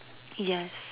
yes